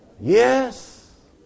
Yes